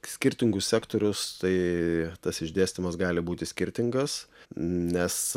skirtingus sektorius tai tas išdėstymas gali būti skirtingas nes